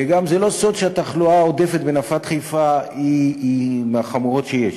וגם זה לא סוד שהתחלואה העודפת בנפת חיפה היא מהחמורות שיש.